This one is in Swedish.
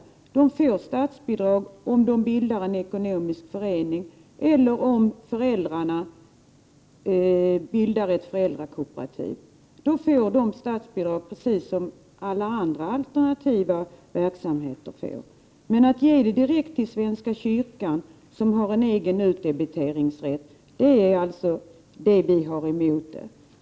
Man får statsbidrag om man bildar en ekonomisk förening eller om föräldrarna bildar ett föräldrakooperativ, precis som alla andra alternativa verksamheter får det. Att ge bidraget direkt till svenska kyrkan, som har en egen utdebiteringsrätt, är alltså vad vi har emot detta.